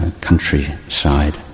countryside